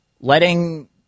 letting